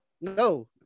No